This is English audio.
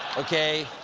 okay.